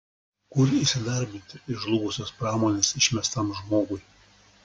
kur įsidarbinti iš žlugusios pramonės išmestam žmogui